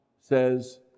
says